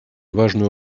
важную